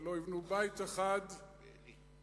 ולא יבנו בית אחד בחברון,